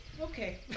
Okay